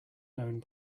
known